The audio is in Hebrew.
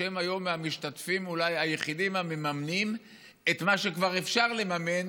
שהם היום אולי מהמשתתפים היחידים המממנים את מה שכבר אפשר לממן,